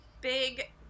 big